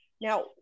Now